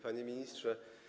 Panie Ministrze!